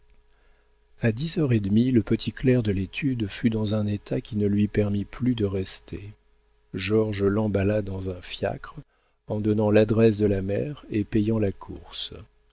a dix heures et demie le petit clerc de l'étude fut dans un état qui ne lui permit plus de rester georges l'emballa dans un fiacre en donnant l'adresse de la mère et payant la course